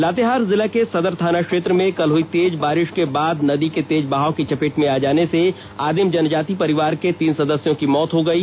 लातेहार जिला के सदर थाना क्षेत्र में कल हुई तेज बारिश के बाद नदी के तेज बहाव की चपेट में आ जाने से आदिम जनजाति परिवार के तीन सदस्यों की मौत हो गयी